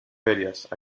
ferias